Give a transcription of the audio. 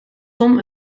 tom